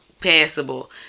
passable